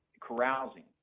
carousing